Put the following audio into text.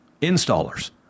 installers